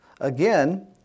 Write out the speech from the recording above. Again